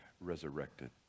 resurrected